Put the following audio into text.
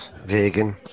vegan